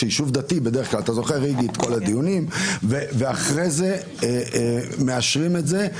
לאחר מכן מאשרים את זה.